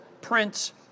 prince